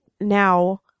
now